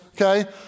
okay